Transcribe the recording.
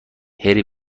هری